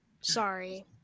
sorry